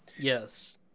Yes